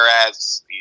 whereas